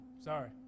sorry